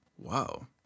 Wow